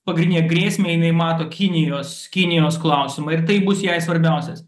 pagrindine grėsme jinai mato kinijos kinijos klausimą ir taip bus jai svarbiausias